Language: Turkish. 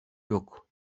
yok